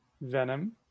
Venom